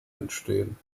entstehen